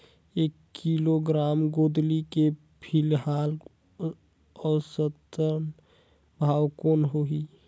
एक किलोग्राम गोंदली के फिलहाल औसतन भाव कौन रही?